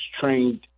trained